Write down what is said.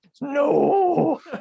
No